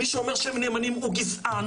מי שאומר שהם נאמנים הוא גזען,